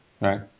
Right